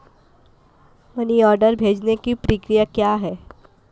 Money order भेजने की प्रक्रिया क्या है?